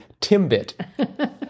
Timbit